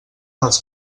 dels